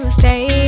stay